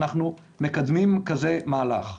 אנחנו מקדמים מהלך כזה.